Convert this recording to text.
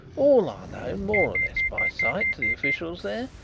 all are known more or less by sight to the officials there,